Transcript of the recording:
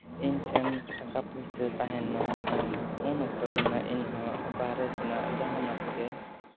ᱤᱧ ᱴᱷᱮᱱ ᱴᱟᱠᱟ ᱯᱚᱭᱥᱟ ᱛᱟᱦᱮᱱᱟ ᱟᱨ ᱩᱱ ᱚᱠᱛᱚ ᱫᱚ ᱱᱟᱦᱟᱜ ᱤᱧ ᱦᱚᱸ ᱵᱟᱦᱨᱮ ᱥᱮᱱᱟᱜ ᱡᱟᱦᱟᱱᱟᱜ ᱜᱮ